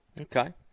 Okay